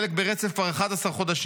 חלק ברצף כבר 11 חודשים.